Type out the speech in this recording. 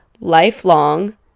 lifelong